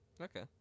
Okay